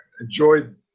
enjoyed